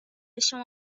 شما